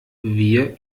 wir